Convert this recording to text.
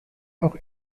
auch